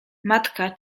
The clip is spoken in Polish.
matka